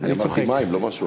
אני אמרתי מים, לא משהו אחר.